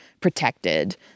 protected